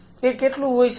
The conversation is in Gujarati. તે કેટલું હોઈ શકે છે